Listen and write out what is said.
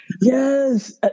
yes